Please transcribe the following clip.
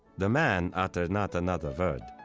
the man uttered not another word.